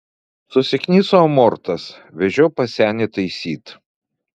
susikniso amortas vežiau pas senį taisyt